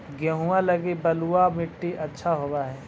गेहुआ लगी बलुआ मिट्टियां अच्छा होव हैं?